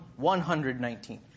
119